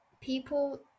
people